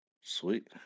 Sweet